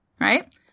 right